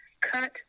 cut